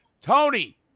Tony